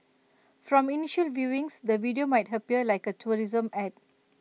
from initial viewings the video might appear like A tourism Ad